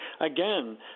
again